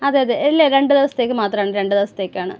അതെ അതെ ഇല്ല രണ്ടുദിവസത്തേക്ക് മാത്രമാണ് രണ്ടുദിവസത്തേക്കാണ്